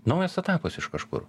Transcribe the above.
naujas etapas iš kažkur